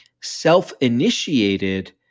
self-initiated